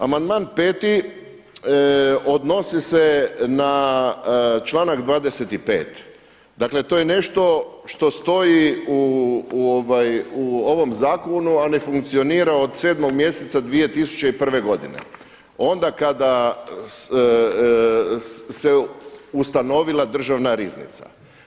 Amandman peti odnosi se na članak 25. dakle to je nešto što stoji u ovom zakonu, a ne funkcionira od 7. mjeseca 2001. godine onda kada se ustanovila Državna riznica.